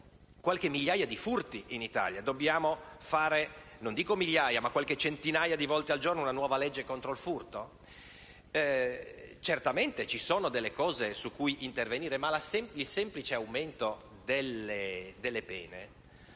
migliaia di furti in Italia: dobbiamo forse fare non dico migliaia ma centinaia di volte al giorno una nuova legge contro il furto? Certamente ci sono aspetti su cui intervenire, ma il semplice aumento delle pene,